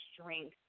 strength